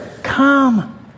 come